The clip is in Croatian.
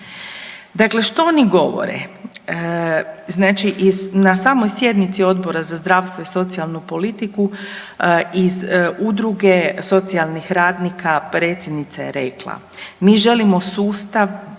Dakle, što oni govore? Znači na samoj sjednici Odbora za zdravstvo i socijalnu politiku iz udruge socijalnih radnika predsjednica je rekla mi želimo sustav,